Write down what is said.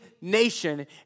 nation